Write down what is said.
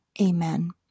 amen